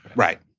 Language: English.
right.